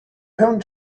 reont